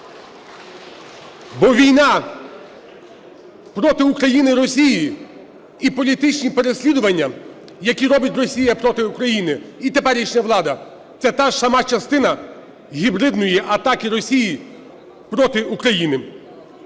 Бо війна проти України Росії і політичні переслідування, які робить Росія проти України, і теперішня влада, – це та ж сама частина гібридної атаки Росії проти України.